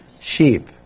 sheep